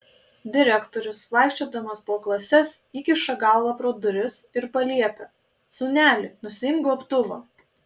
direktorius vaikščiodamas po klases įkiša galvą pro duris ir paliepia sūneli nusiimk gobtuvą